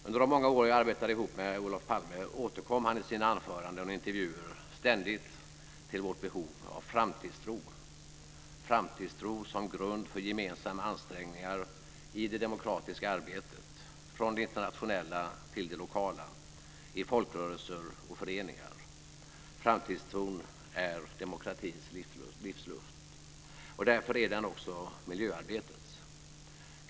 Under de många år som jag arbetade ihop med Olof Palme återkom han i sina anföranden och intervjuer ständigt till vårt behov av framtidstro som grund för gemensamma ansträngningar i det demokratiska arbetet från det internationella till det lokala i folkrörelser och föreningar. Framtidstron är demokratins livsluft. Därför är den också miljöarbetets livsluft.